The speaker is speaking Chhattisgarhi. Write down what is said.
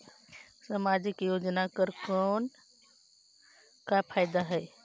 समाजिक योजना कर कौन का फायदा है?